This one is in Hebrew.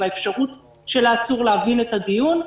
באפשרות של העצור להבין את הדיון.